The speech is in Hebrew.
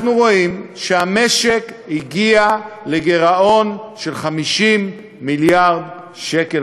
אנחנו רואים שהמשק הגיע לגירעון של 50 מיליארד שקל,